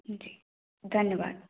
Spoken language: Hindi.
जी धन्यवाद